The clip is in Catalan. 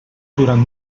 durant